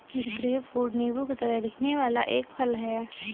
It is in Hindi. ग्रेपफ्रूट नींबू की तरह दिखने वाला एक फल है